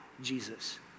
Jesus